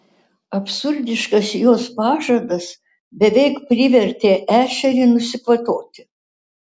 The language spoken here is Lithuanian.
absurdiškas jos pažadas beveik privertė ešerį nusikvatoti